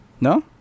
No